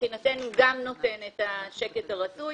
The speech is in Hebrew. מבחינתנו זה גם נותן את השקט הרצוי.